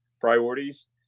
priorities